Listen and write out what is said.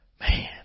Man